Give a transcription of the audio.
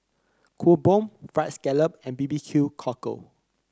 Kuih Bom fried scallop and B B Q Cockle